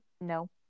no